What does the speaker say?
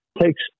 takes